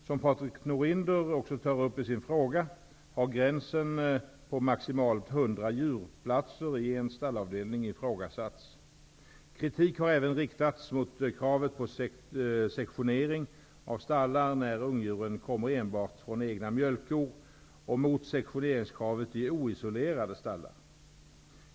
Som Patrik Norinder också tar upp i sin fråga har gränsen på maximalt 100 djurplatser i en stallavdelning ifrågasatts. Kritik har även riktats mot kravet på sektionering av stallar när ungdjuren kommer enbart från enbart egna mjölkkor och mot sektioneringskravet i oisolerade stallar.